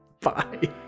Bye